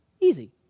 Easy